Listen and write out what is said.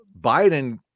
Biden